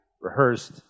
rehearsed